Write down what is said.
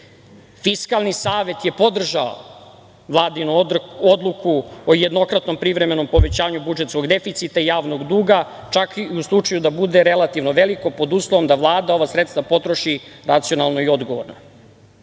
Srbije. Fiskalni savet je podržao Vladinu odluku o jednokratnom privremenom povećanju budžetskog deficita i javnog duga, čak i u slučaju da bude relativno veliko, pod uslovom da Vlada ova sredstva potroši racionalno i odgovorno.U